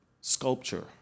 sculpture